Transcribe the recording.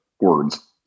words